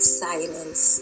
silence